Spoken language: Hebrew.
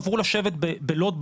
עברו לשבת בלוד,